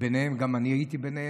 וגם אני הייתי ביניהם,